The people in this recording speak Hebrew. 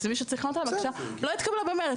אצל מי שצריך לענות על הבקשה לא התקבלה במרץ,